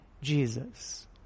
Jesus